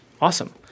Awesome